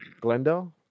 Glendale